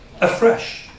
afresh